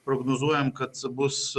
prognozuojam kad bus